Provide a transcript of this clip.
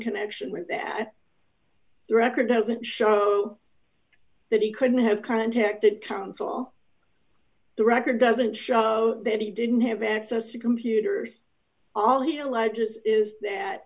connection with the record doesn't show that he couldn't have contacted counsel the record doesn't show that he didn't have access to computers all he